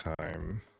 time